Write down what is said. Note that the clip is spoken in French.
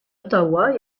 ottawa